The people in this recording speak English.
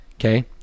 Okay